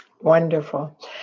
Wonderful